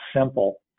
simple